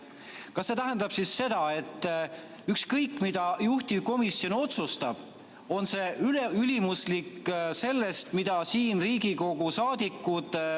Kas see tähendab siis seda, et ükskõik, mida juhtivkomisjon otsustab, see on ülimuslik sellest, mida arvavad Riigikogu liikmed,